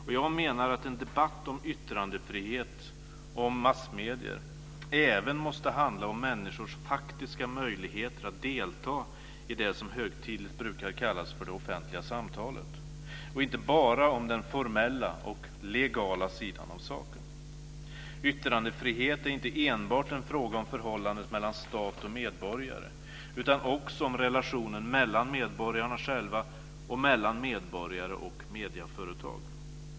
Och jag menar att en debatt om yttrandefrihet och om massmedier även måste handla om människors faktiska möjligheter att delta i det som högtidligt brukar kallas för det offentliga samtalet och inte bara om den formella och legala sidan av saken. Yttrandefrihet är inte enbart en fråga om förhållandet mellan stat och medborgare, utan också om relationen mellan medborgarna själva och mellan medborgare och medieföretag.